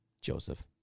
Joseph